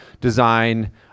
design